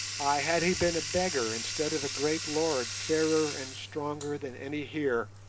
ay, had he been a beggar instead of a great lord fairer and stronger than any here,